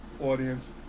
audience